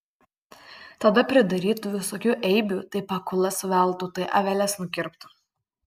tada pridarytų visokių eibių tai pakulas suveltų tai aveles nukirptų